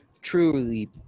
truly